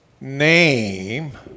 name